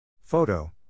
Photo